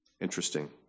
Interesting